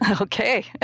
Okay